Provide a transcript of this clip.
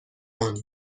ماند